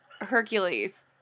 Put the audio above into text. Hercules